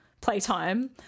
playtime